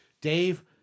dave